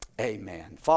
Amen